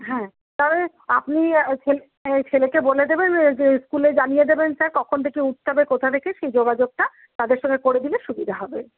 হ্যাঁ তাহলে আপনি ছেলে ছেলেকে বলে দেবেন যে স্কুলে জানিয়ে দেবেন স্যার কখন থেকে উঠতে হবে কোথা থেকে সেই যোগাযোগটা তাদের সঙ্গে করে দিলে সুবিধা হবে